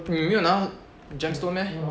你没有拿到 gemstone meh